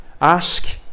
Ask